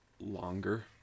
longer